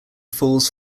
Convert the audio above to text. falls